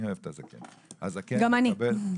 אני אוהב את הזקן --- גם אני.